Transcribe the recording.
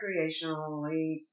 recreationally